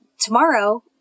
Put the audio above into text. tomorrow